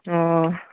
ꯑꯣ